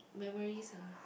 memories ah